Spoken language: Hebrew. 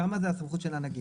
שם זה הסמכות של הנגיד.